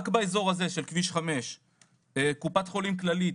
רק באזור הזה של כביש חמש קופת חולים כללית